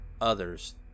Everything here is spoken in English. others